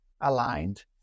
aligned